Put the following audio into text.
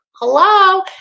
Hello